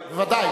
ודאי,